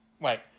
Wait